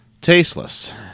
Tasteless